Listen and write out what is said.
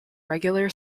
regular